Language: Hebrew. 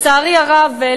לצערי הרב,